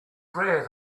rare